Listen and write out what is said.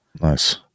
Nice